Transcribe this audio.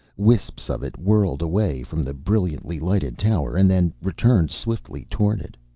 wisps of it whirled away from the brilliantly lighted tower, and then returned swiftly toward it.